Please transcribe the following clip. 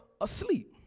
asleep